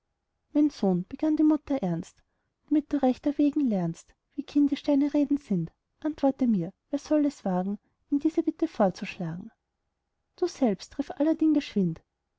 mein sohn begann die mutter ernst damit du recht erwägen lernst wie kindisch deine reden sind antworte mir wer soll es wagen ihm diese bitte vorzutragen du selbst rief aladdin geschwind